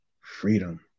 freedom